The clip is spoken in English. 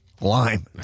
Lime